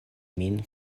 min